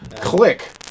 click